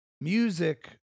music